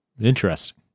Interesting